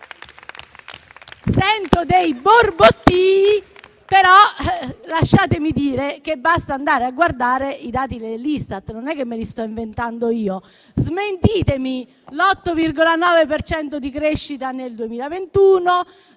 Sento dei borbottii, però lasciatemi dire che basta andare a guardare i dati dell'Istat, non è che me li sto inventando io. Smentitemi: una crescita dell'8,9